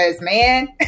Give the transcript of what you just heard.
man